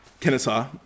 Kennesaw